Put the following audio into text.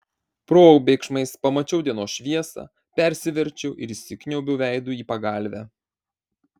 probėgšmais pamačiau dienos šviesą persiverčiau ir įsikniaubiau veidu į pagalvę